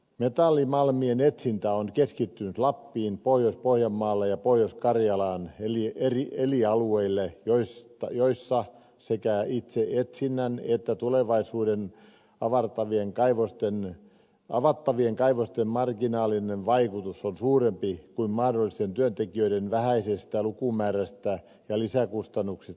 metallimalmien etsintä on keskittynyt lappiin pohjois pohjanmaalle ja pohjois karjalaan eli eri alueille joilla sekä itse etsinnän että tulevaisuudessa avattavien kaivosten marginaalinen vaikutus on suurempi kuin mahdollisten työntekijöiden vähäisestä lukumäärästä ja lisäkustannuksista voi päätellä